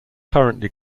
currently